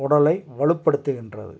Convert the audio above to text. உடலை வலுப்படுத்துகின்றது